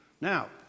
Now